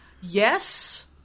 Yes